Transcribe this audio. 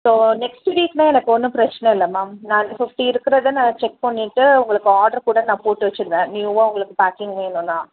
so next வீக்குனா எனக்கு ஒன்றும் பிரச்சனை இல்லை மேம் நான் அந்த ஃபிஃப்ட்டி இருக்கிறத நான் செக் பண்ணிட்டு உங்களுக்கு ஆர்டர் கூட நான் போட்டு வெச்சுடுவேன் நியூவாக உங்களுக்கு பேக்கிங் வேணும்னா